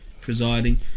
presiding